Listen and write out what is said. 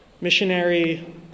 missionary